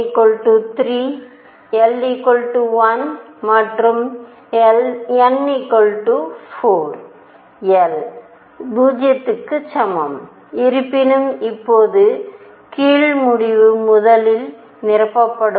n 3 l 1 மற்றும் n 4 l 0 க்கு சமம் இருப்பினும் இப்போது கீழ் முடிவு முதலில் நிரப்பப்படும்